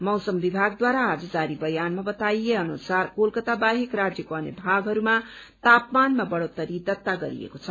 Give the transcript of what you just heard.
मौसम विभागद्वारा आज जार बयानमा बताए अनुसार कोलकता बाहेक राज्यको अन्य भागहरूमा तापामानामा बढ़ोत्तरी दर्ता गरिएको छ